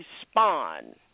respond